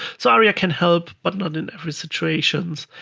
so aria can help but not in every situation.